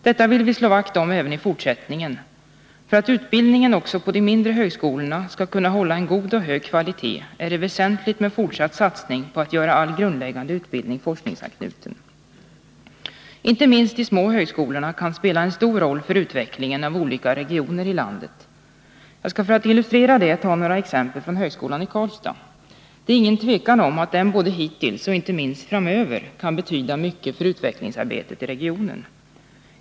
Detta vill vi slå vakt om även i fortsättningen. För att utbildningen också på de mindre högskoleorterna skall kunna hålla en god och hög kvalitet är det väsentligt med fortsatt satsning på att göra all grundläggande utbildning forskningsanknuten. Inte minst de små högskolorna kan spela en stor roll för utvecklingen av olika regioner i landet. Jag skall för att illustrera detta ta några exempel från högskolan i Karlstad. Det råder inget tvivel om att den hittills har betytt och inte minst framöver kan betyda mycket för utvecklingsarbetet i regionen.